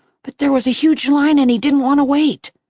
but there was a huge line and he didn't want to wait.